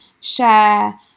share